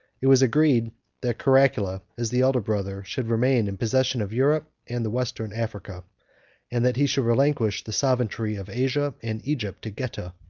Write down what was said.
it was agreed that caracalla, as the elder brother should remain in possession of europe and the western africa and that he should relinquish the sovereignty of asia and egypt to geta,